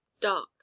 dark